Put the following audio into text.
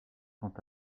quant